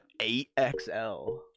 8XL